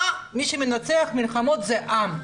מי שמנצח מלחמות זה עם.